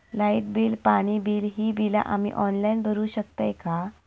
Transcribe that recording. Light bill, पाणी bill, ही बिला आम्ही ऑनलाइन भरू शकतय का?